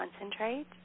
concentrate